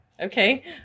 okay